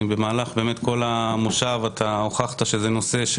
במהלך כל המושב אתה הוכחת שזה נושא שהוא